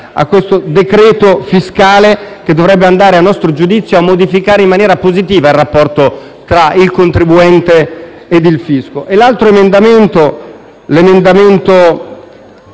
al decreto fiscale che dovrebbe andare a nostro giudizio a modificare in maniera positiva il rapporto tra il contribuente ed il fisco.